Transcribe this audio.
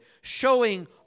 showing